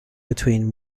between